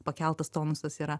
pakeltas tonusas yra